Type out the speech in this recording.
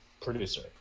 producer